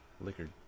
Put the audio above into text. Liquor